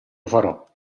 farò